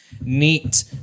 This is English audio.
Neat